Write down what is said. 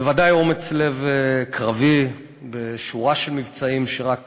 בוודאי אומץ לב קרבי בשורה של מבצעים שרק